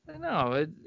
no